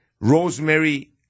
rosemary